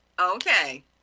Okay